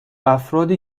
افرادی